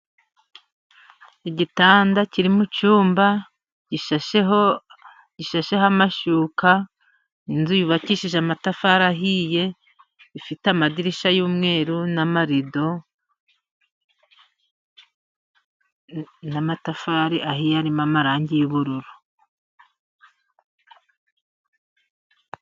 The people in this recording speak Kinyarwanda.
Igitanda kiri mu cyumba gishasheho, gishasheho amashyuka, inzu yubakishije amatafari ahiye, ifite amadirisya y'umweru n'amarido, n' amatafari ahiye arimo amarangi y'ubururu.